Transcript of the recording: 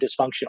dysfunctional